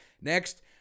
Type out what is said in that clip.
Next